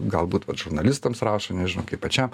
galbūt vat žurnalistams rašo nežinau kaip pačiam